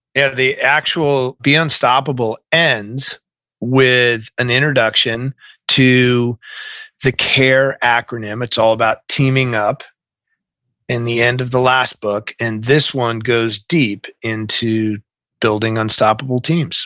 and the actual be unstoppable ends with an introduction to the care acronym, it's all about teaming up in the end of the last book, and this one goes deep into building unstoppable teams